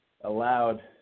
allowed